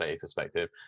perspective